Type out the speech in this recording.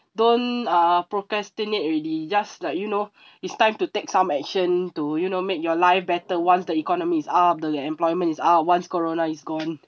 don't uh procrastinate already just that you know it's time to take some action to you know make your life better once the economy is up the employment is up once corona is gone